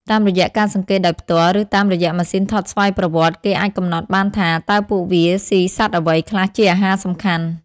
តាមរយៈការសង្កេតដោយផ្ទាល់ ឬតាមរយៈម៉ាស៊ីនថតស្វ័យប្រវត្តិ គេអាចកំណត់បានថា តើពួកវាស៊ីសត្វអ្វីខ្លះជាអាហារសំខាន់។